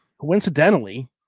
Coincidentally